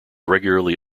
regularly